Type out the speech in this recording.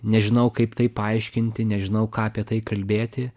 nežinau kaip tai paaiškinti nežinau ką apie tai kalbėti